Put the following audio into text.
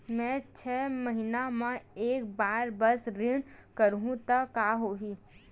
मैं छै महीना म एक बार बस ऋण करहु त का होही?